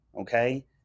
okay